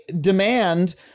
demand